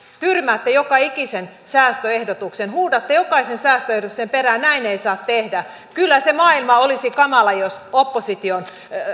tyrmäätte joka ikisen säästöehdotuksen huudatte jokaisen säästöehdotuksen perään näin ei saa tehdä kyllä se maailma olisi kamala jos opposition